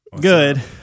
Good